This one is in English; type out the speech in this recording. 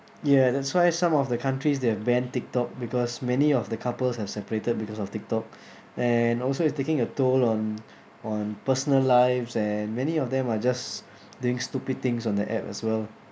ya that's why some of the countries they've banned tiktok because many of the couples have separated because of tiktok and also it's taking a toll on on personal lives and many of them are just doing stupid things on the app as well